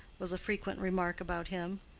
was a frequent remark about him.